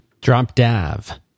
Dropdav